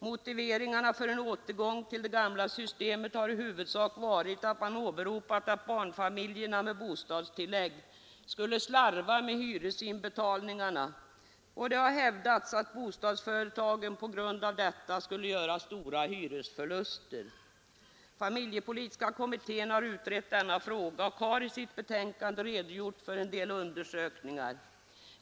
Motiveringarna för en återgång till det gamla systemet har i huvudsak varit att man åberopat att barnfamiljerna med bostadstillägg skulle slarva med hyresinbetalningarna, och det har hävdats att bostadsföretagen på grund av detta skulle göra stora hyresförluster. Familjepolitiska kommittén har utrett denna fråga och har i sitt betänkande redogjort för en del undersökningar.